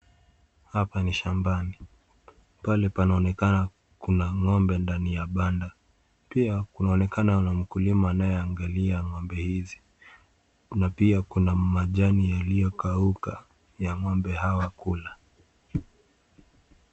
Hapa ni shambani pale panaonekana kuwa kuna ngo'mbe ndani ya banda. Pia kunaonekana mkulima anayeangalia ngo'mbe hizi na pia kuna majani yaliyokauka ya ngo'mbe hawa kula.